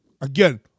Again